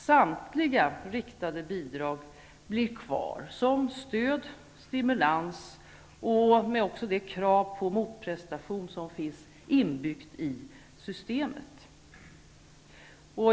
Samtliga riktade bidrag blir kvar som stöd och stimulans och med det krav på motprestation som finns inbyggt i systemet.